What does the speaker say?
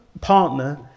partner